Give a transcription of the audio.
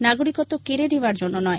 নাগরিকত্ব কেড়ে নেওয়ার জন্য নয়